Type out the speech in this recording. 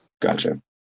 gotcha